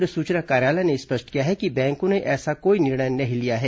पत्र सूचना कार्यालय ने स्पष्ट किया है कि बैंकों ने ऐसा कोई निर्णय नहीं लिया है